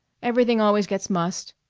everything always gets mussed.